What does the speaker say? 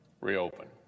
reopen